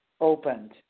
opened